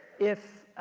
if,